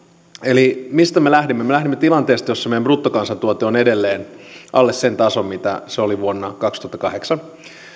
eli mistä me lähdimme me lähdimme tilanteesta jossa meidän bruttokansantuotteemme on edelleen alle sen tason mitä se oli vuonna kaksituhattakahdeksan